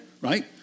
right